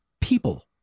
people